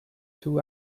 two